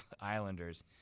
Islanders